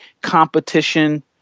competition